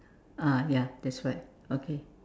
ah ya that's right okay